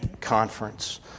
Conference